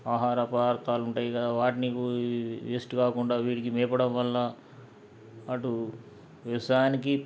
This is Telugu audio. ఆహార పదార్థాలు ఉంటాయి కదా వాటిని వేస్ట్ కాకుండా వీటికి మేపడం వల్ల అటు వ్యవసాయానికి